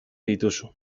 dituzu